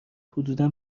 حدود